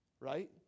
Right